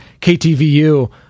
KTVU